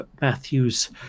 Matthew's